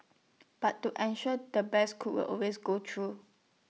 but to an shore the best cook will always go through